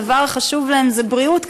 הדבר החשוב להן זה בריאות,